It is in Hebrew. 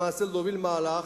למעשה להוביל מהלך,